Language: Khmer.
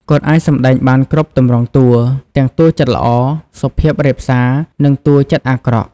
គាត់អាចសម្ដែងបានគ្រប់ទម្រង់តួ ទាំងតួចិត្តល្អ សុភាពរាបសារ និងតួចិត្តអាក្រក់។